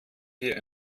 wir